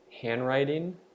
handwriting